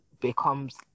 becomes